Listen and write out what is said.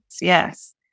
Yes